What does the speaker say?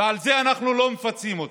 ועל זה אנחנו לא מפצים אותו.